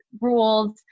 rules